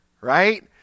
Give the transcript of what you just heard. right